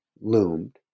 loomed